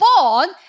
born